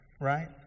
Right